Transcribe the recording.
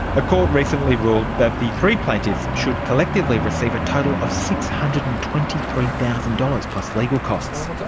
a court recently ruled that the three plaintiffs should collectively receive a total of six hundred and twenty three thousand dollars, plus legal costs.